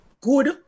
good